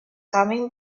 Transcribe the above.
coming